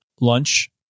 lunch